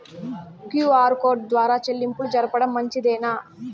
QR code ద్వారా చెల్లింపులు జరపడం మంచిదేనా?